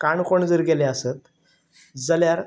काणकोण जर गेलें आसत जाल्यार